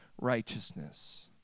righteousness